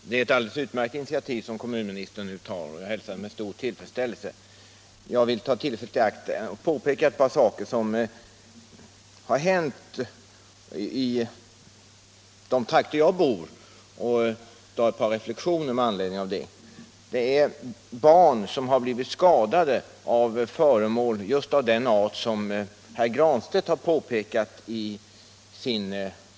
Herr talman! Kommunministerns initiativ att föreslå tillsättandet av en särskild utredare av dessa frågor är alldeles utmärkt, och jag hälsar det med stor tillfredsställelse. Jag vill begagna tillfället till att ta upp en del av vad som har hänt i de trakter där jag bor. Barn har blivit skadade av föremål av just den art som herr Granstedt nämner i sin interpellation.